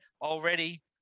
already